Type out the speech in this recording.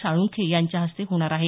साळुंखे यांच्या हस्ते होणार आहे